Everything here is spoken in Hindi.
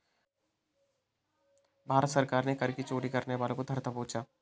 भारत सरकार ने कर की चोरी करने वालों को धर दबोचा